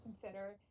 consider